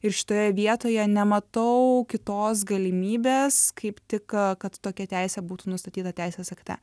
ir šitoje vietoje nematau kitos galimybės kaip tik kad tokia teisė būtų nustatyta teisės akte